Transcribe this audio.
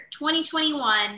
2021